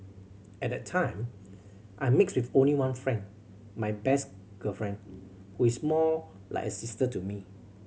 at that time I mixed with only one friend my best girlfriend who is more like a sister to me